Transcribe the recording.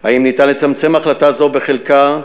אם ניתן לצמצם החלטה זו בחלקה.